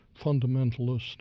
fundamentalist